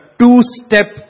two-step